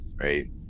right